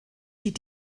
die